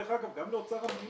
דרך אגב, גם לאוצר המדינה.